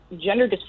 gender